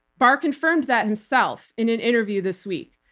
barr confirmed that himself in an interview this week.